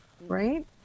Right